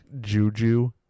juju